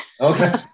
Okay